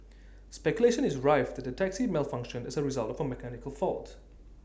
speculation is rife that the taxi malfunctioned as A result of A mechanical fault